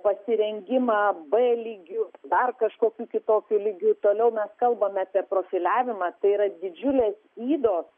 pasirengimą b lygiu dar kažkokiu kitokiu lygiu toliau mes kalbame apie profiliavimą tai yra didžiulės ydos